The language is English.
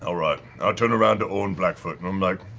all right. i turn around to orn blackfoot and i'm like,